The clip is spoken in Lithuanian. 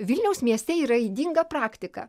vilniaus mieste yra ydinga praktika